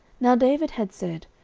now david had said,